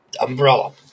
Umbrella